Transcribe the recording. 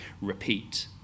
repeat